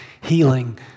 healing